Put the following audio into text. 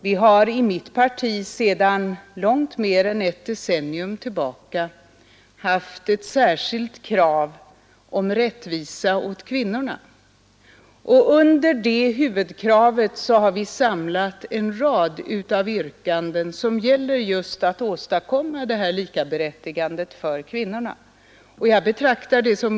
Vi har i mitt parti sedan långt mer än ett decennium Måndagen den tillbaka haft ett särskilt krav om rättvisa åt kvinnorna, och under det 11 december 1972 huvudkravet har vi samlat en rad av yrkanden som gäller just att ————— Nn å älska en SAS EAS Ang. könsfördelåstadkomma detta likaberättigande för kvinnorna. Jag betraktar det som .